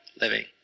living